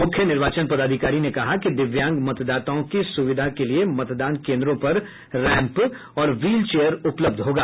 मुख्य निर्वाचन पदाधिकारी ने कहा कि दिव्यांग मतदाताओं की सुविधा के लिये मतदान केन्द्रों पर रैंप और व्हील चेयर उपलब्ध होगा